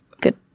good